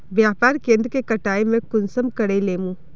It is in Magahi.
व्यापार केन्द्र के कटाई में कुंसम करे लेमु?